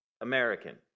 American